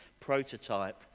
prototype